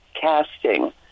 casting